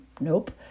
Nope